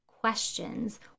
questions